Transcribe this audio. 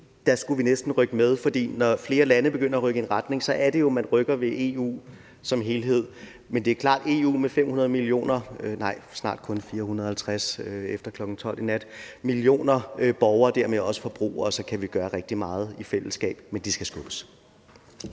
Der skulle vi næsten rykke med, for når flere lande begynder at rykke i en retning, er det jo, at man rykker ved EU's som en helhed. Men det er klart, at EU med 500 millioner borgere – nej, snart kun 450 millioner, efter kl. 12.00 i nat – og dermed også forbrugere, kan vi gøre rigtig meget i fællesskab, men de skal skubbes.